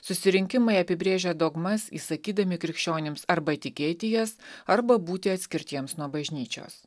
susirinkimai apibrėžia dogmas įsakydami krikščionims arba tikėti jas arba būti atskirtiems nuo bažnyčios